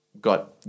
Got